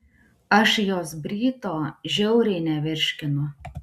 aš jos bryto žiauriai nevirškinu